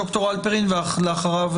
ד"ר הלפרין, ואחריה